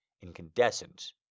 incandescent